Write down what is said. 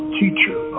teacher